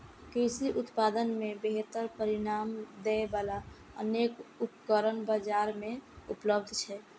कृषि उत्पादन मे बेहतर परिणाम दै बला अनेक उपकरण बाजार मे उपलब्ध छै